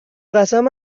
قسم